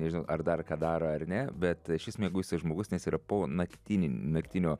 nežinau ar dar ką daro ar ne bet šis mieguistas žmogus nes yra po naktinį naktinio